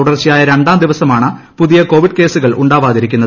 തുടർച്ചയായ രണ്ടാം ദിവസമാണ് പുതിയ കോവിഡ് കേസുകൾ ഉണ്ടാവാതിരുന്നത്